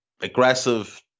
Aggressive